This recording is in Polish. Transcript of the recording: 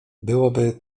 byłoby